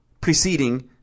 preceding